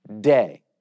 day